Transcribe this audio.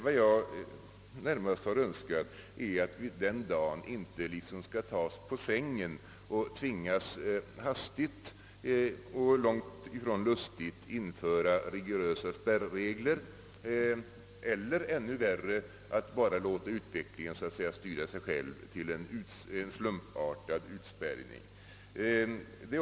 Vad jag närmast har önskat är att vi den dagen inte skall tas på sängen och tvingas att hastigt men långt ifrån lustigt införa rigorösa spärrregler eller — ännu värre — att bara låta utvecklingen styra sig själv till en slumpartad utspärrning.